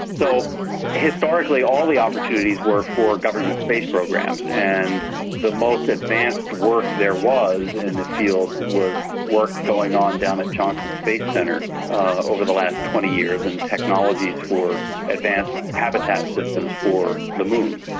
so historically all the opportunities were for government space programs, and the most advanced work there was in and the field was work going on down at johnson space centre ah over the last twenty years in technologies for advanced habitat systems for the moon.